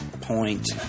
point